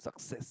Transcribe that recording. success